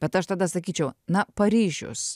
bet aš tada sakyčiau na paryžius